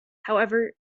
however